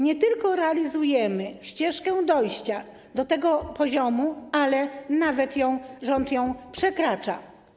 Nie tylko realizujemy ścieżkę dojścia do tego poziomu, ale rząd nawet ją przekracza.